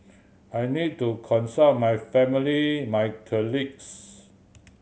I need to consult my family my colleagues